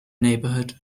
neighborhood